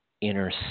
inner